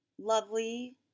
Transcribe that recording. lovely